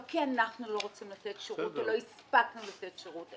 לא כי אנחנו לא רוצים לתת שירות או לא הספקנו לתת שירות,